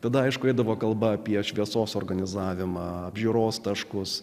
tada aišku eidavo kalba apie šviesos organizavimą apžiūros taškus